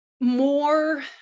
more